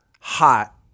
hot